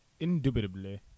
indubitably